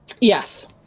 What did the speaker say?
Yes